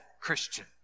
Christian